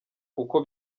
kuko